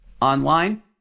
online